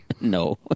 No